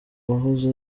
wahoze